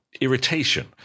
irritation